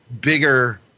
bigger